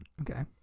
Okay